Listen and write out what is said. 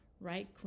right